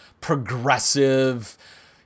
progressive